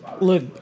Look